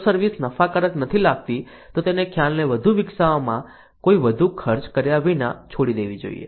જો સર્વિસ નફાકારક નથી લાગતી તો તેને ખ્યાલને વધુ વિકસાવવામાં કોઈ વધુ ખર્ચ કર્યા વિના છોડી દેવી જોઈએ